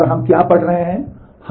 1 और हम क्या पढ़ रहे हैं